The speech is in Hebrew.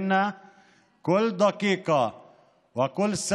היא כל דבר בחיי וגם בחייו של כל אדם מאיתנו.